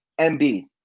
MB